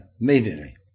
immediately